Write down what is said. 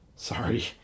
Sorry